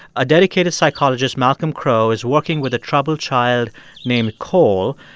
a dedicated psychologist, malcolm crowe, is working with a troubled child named cole.